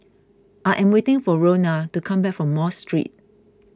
I am waiting for Roena to come back from Mosque Street